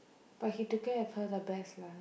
but he took care of her the best lah